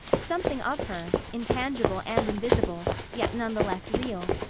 something of her, intangible and invisible, yet nonetheless real,